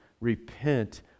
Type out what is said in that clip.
Repent